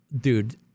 dude